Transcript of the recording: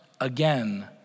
again